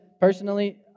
Personally